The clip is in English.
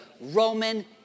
Roman